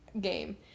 game